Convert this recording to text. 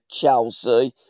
Chelsea